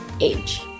age